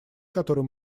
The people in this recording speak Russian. который